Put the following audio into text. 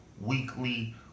Weekly